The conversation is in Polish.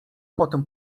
potem